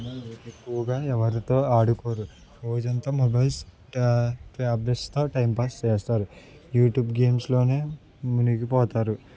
ఎక్కువగా ఎవరితో ఆడుకోరు రోజు అంతా మొబైల్స్ ట ట్యాబ్లెట్స్తో టైంపాస్ చేస్తారు యూట్యూబ్ గేమ్స్లో మునిగిపోతారు